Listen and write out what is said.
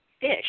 fish